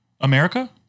America